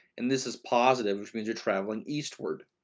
and this is positive, which means you're traveling eastward.